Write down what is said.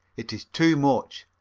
it is too much.